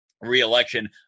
re-election